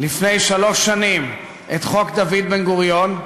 לפני שלוש שנים את חוק דוד בן-גוריון,